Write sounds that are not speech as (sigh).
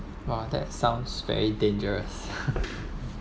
!wah! that sounds very dangerous (laughs)